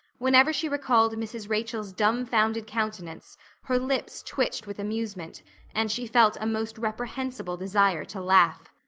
whenever she recalled mrs. rachel's dumbfounded countenance her lips twitched with amusement and she felt a most reprehensible desire to laugh.